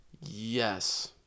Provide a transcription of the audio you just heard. Yes